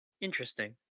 interesting